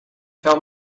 tell